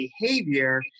behavior